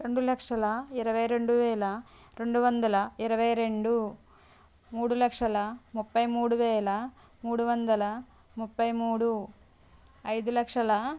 రెండులక్షల ఇరవై రెండు వేల రెండువందల ఇరవై రెండు మూడులక్షల ముప్పై మూడువేల మూడువందల ముప్పై మూడు ఐదులక్షల